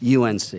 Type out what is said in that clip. UNC